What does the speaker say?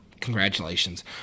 Congratulations